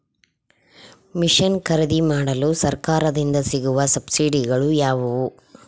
Mission ಖರೇದಿಮಾಡಲು ಸರಕಾರದಿಂದ ಸಿಗುವ ಸಬ್ಸಿಡಿಗಳು ಯಾವುವು?